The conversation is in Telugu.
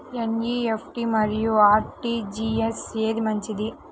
ఎన్.ఈ.ఎఫ్.టీ మరియు అర్.టీ.జీ.ఎస్ ఏది మంచిది?